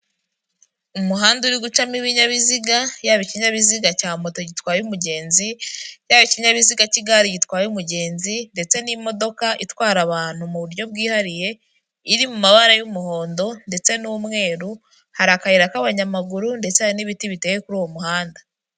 Umuhanda uri gucamo ibinyabiziga, yaba ikinyabiziga cya moto gitwaye umugenzi, yaba ikinyabiziga cy'igare gitwaye umugenzi ndetse n'imodoka itwara abantu mu buryo bwihariye, iri mu mabara y'umuhondo ndetse n'umweru, hari akayira k'abanyamaguru ndetse hari n'ibiti biteye kuri uwo muhanda.